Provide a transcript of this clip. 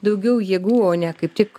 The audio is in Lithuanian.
daugiau jėgų o ne kaip tik